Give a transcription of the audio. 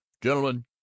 gentlemen